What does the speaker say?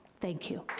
thank you.